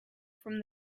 from